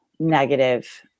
negative